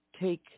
take